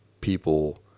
people